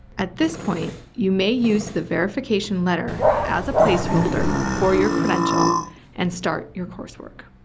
at this point, you may use the verification letter as a placeholder for your credential and start your coursework.